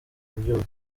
kubyuka